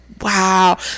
Wow